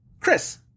Chris